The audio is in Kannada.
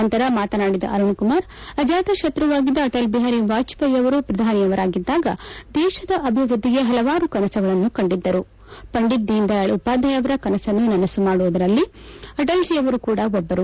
ನಂತರ ಮಾತನಾಡಿದ ಅರುಣಕುಮಾರ್ ಅಜಾತಶತ್ರುವಾಗಿದ್ದ ಅಟಲ್ ಬಿಹಾರಿ ವಾಜಪೇಯಿಯವರು ಪ್ರಧಾನಿಯವರಾಗಿದ್ದಾಗ ದೇಶದ ಅಭಿವೃದ್ದಿಗೆ ಪಲವಾರು ಕನಸುಗಳನ್ನು ಕಂಡಿದ್ದರು ಪಂಡಿತ್ ದೀನದಯಾಳ್ ಉಪಾಧ್ವಾಯಯವರ ಕನಸನ್ನು ನನಸು ಮಾಡಿದವರಲ್ಲಿ ಅಟಲ್ಜೀಯವರು ಕೂಡ ಒಬ್ಬರು